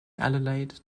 adelaide